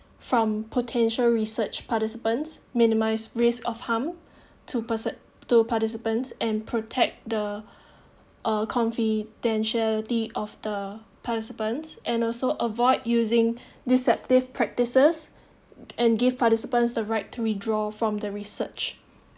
from potential research participants minimize risk of harm to perse~ to participants and protect the uh confidentiality of the participants and also avoid using deceptive practices and give participants the right to redraw from the research